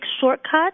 shortcut